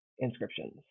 Inscriptions